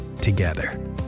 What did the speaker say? together